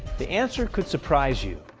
the answer could surprise you.